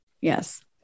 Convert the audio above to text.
yes